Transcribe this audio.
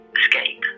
escape